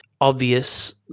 obvious